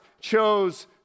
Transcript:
chose